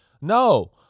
No